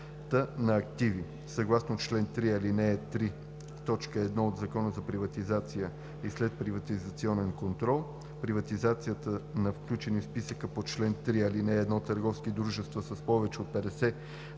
на активи. Съгласно чл. 3, ал. 3, т. 1 от Закона за приватизация и следприватизационен контрол приватизацията на включени в списъка по чл. 3, ал. 1 търговски дружества с повече от 50